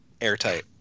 airtight